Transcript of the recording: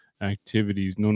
activities